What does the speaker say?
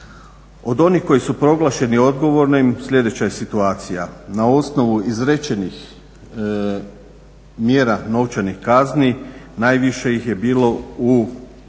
Od onih koji su proglašeni odgovornim sljedeća je situacija na osnovu izrečenih mjera novčanih kazni najviše ih je bilo u iznosu